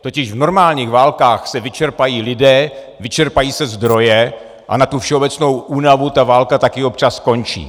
Totiž v normálních válkách se vyčerpají lidé, vyčerpají se zdroje a na tu všeobecnou únavu ta válka taky občas skončí.